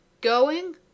Going